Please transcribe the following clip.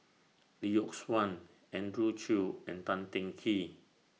Lee Yock Suan Andrew Chew and Tan Teng Kee